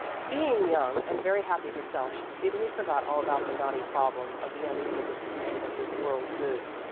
being young and very happy herself, she speedily forgot all about the knotty problem of the unequal distribution of this world's goods,